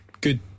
good